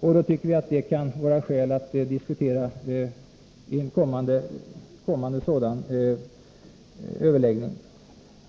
Vi tycker då att det kan vara skäl att diskutera detta vid de kommande överläggningarna.